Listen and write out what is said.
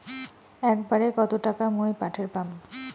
একবারে কত টাকা মুই পাঠের পাম?